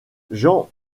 jean